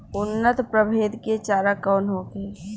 उन्नत प्रभेद के चारा कौन होखे?